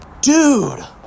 dude